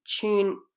tune